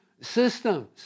systems